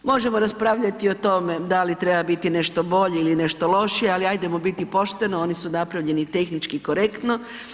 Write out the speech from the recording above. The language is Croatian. Možemo raspravljati o tome da li treba biti nešto bolji ili nešto lošiji, ajdemo biti pošteno oni su napravljeni tehnički korektno.